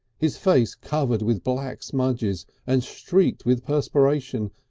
his face covered with black smudges and streaked with perspiration,